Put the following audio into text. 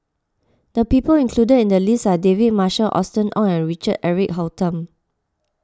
the people included in the list are David Marshall Austen Ong and Richard Eric Holttum